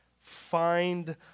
find